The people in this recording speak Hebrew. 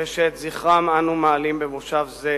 ושאת זכרם אנו מעלים במושב זה,